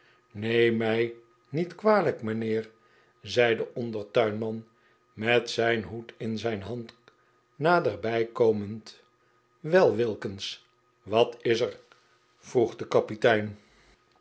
neem mij niet kwalijk mijnheer zei de ondertuinman met zijn hoed in zijn hand naderbij komend wel wilkins wat is er vroeg de kapitein